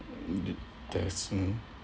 the test mm